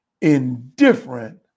indifferent